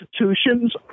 institutions